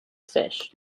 fish